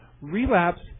relapse